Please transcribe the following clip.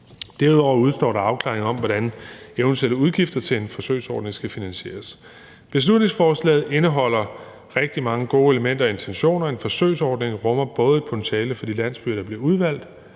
Derudover udestår der afklaring om, hvordan eventuelle udgifter til en forsøgsordning skal finansieres. Beslutningsforslaget indeholder rigtig mange gode elementer og intentioner. En forsøgsordning rummer både potentiale for de landsbyer, der bliver udvalgt,